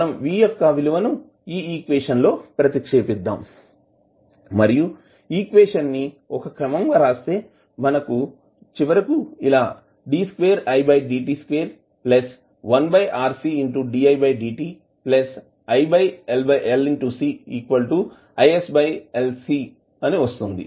మనం v యొక్క విలువని ఈ ఈక్వేషన్ లో ప్రతిక్షేపిద్దాం మరియు ఈక్వేషన్ ని ఒక క్రమంగా రాస్తే మనకు చివరకు ఇలా వస్తుంది